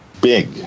big